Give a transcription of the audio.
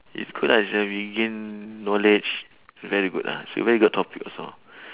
is good lah is like we gain knowledge very good ah it's a very good topic also